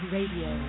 Radio